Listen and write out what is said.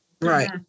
Right